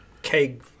keg